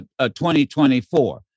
2024